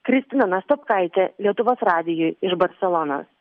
kristina nastopkaitė lietuvos radijui iš barselonos